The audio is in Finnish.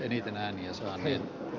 eniten ääniä saaneen